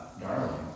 darling